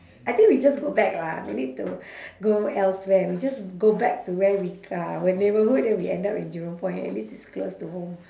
I think we just go back lah no need to go elsewhere we just go back to where we c~ ah my neighbourhood then we end up in jurong point at least it's close to home